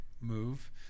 move